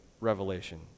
revelation